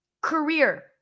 career